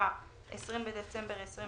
התשפ"א (20 בדצמבר 2020),